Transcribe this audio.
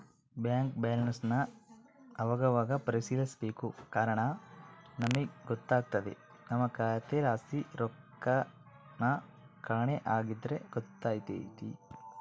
bank ಬ್ಯಾಲನ್ಸನ್ ಅವಾಗವಾಗ ಪರಿಶೀಲಿಸ್ಬೇಕು ಕಾರಣ ನಮಿಗ್ ಗೊತ್ತಾಗ್ದೆ ನಮ್ಮ ಖಾತೆಲಾಸಿ ರೊಕ್ಕೆನನ ಕಾಣೆ ಆಗಿದ್ರ ಗೊತ್ತಾತೆತೆ